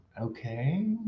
Okay